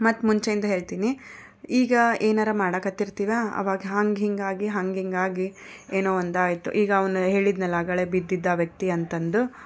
ಮತ್ತು ಮುಂಚೆಯಿಂದ ಹೇಳ್ತೀನಿ ಈಗ ಏನಾರ ಮಾಡೋಕೆ ಹತ್ತಿರ್ತೀವಾ ಆವಾಗ ಹಂಗೆ ಹಿಂಗೆ ಆಗಿ ಹಂಗೆ ಹಿಂಗೆ ಆಗಿ ಏನೋ ಒಂದು ಆಯಿತು ಈಗ ಅವನು ಹೇಳಿದೆನಲ್ಲ ಆಗಲೆ ಬಿದ್ದಿದ್ದ ವ್ಯಕ್ತಿ ಅಂತ ಅಂದು